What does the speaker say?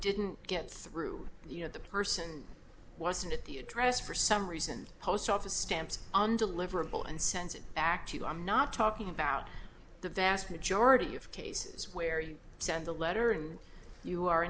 didn't get through you know the person wasn't at the address for some reason post office stamped on deliverable and sends it back to you i'm not talking about the vast majority of cases where you send a letter and you are